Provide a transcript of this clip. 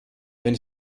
wenn